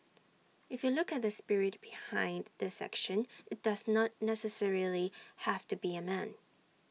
if you look at the spirit behind the section IT does not necessarily have to be A man